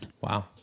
Wow